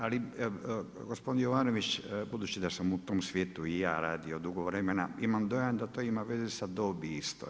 Ali gospodine Jovanović budući da sam u tom svijetu radio i ja dugo vremena imam dojam da to ima veze sa dobi isto.